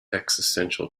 existential